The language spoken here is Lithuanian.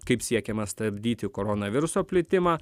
kaip siekiama stabdyti koronaviruso plitimą